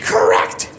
Correct